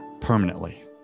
permanently